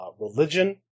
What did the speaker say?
Religion